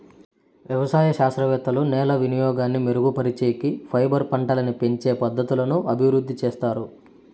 వ్యవసాయ శాస్త్రవేత్తలు నేల వినియోగాన్ని మెరుగుపరిచేకి, ఫైబర్ పంటలని పెంచే పద్ధతులను అభివృద్ధి చేత్తారు